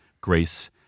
grace